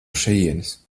šejienes